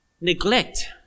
neglect